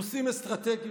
נושאים אסטרטגיים,